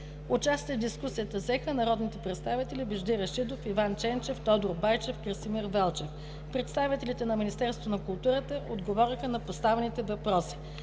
Участие в дискусията взеха народните представители Вежди Рашидов, Иван Ченчев, Тодор Байчев и Красимир Велчев. Представителите на Министерството на културата отговориха на поставените въпроси.